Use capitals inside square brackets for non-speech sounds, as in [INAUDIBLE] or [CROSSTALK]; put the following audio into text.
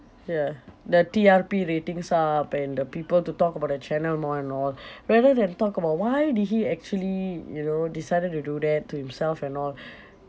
ya the T_R_P rating's up and the people to talk about their channel more and all rather than talk about why did he actually you know decided to do that to himself and all [BREATH]